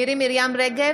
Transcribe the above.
מירי מרים רגב,